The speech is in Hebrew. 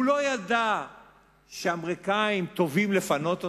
הוא לא ידע שהאמריקנים תובעים לפנות אותם?